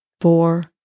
Four